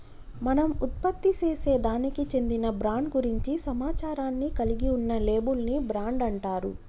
మనం ఉత్పత్తిసేసే దానికి చెందిన బ్రాండ్ గురించి సమాచారాన్ని కలిగి ఉన్న లేబుల్ ని బ్రాండ్ అంటారు